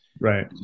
right